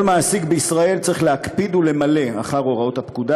כל מעסיק בישראל צריך להקפיד למלא אחר הוראות הפקודה